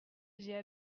j’ai